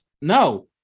No